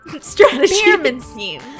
strategies